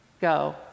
go